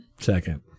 Second